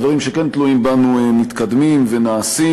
הדברים שכן תלויים בנו מתקדמים ונעשים,